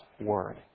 Word